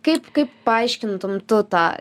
kaip kaip paaiškintum tu tą